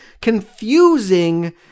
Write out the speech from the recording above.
confusing